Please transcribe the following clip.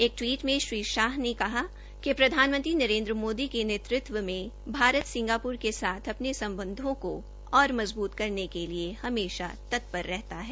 एक टवीट में श्री शाह ने कहा कि प्रधानमंत्री नरेन्द्र मोदी के नेतृत्व में भारत सिंगापुर के साथ अपने संबंधों को और मजबूत करने के लिए हमेंशा तैयार रहता है